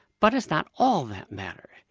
but it's not all that matters.